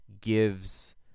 gives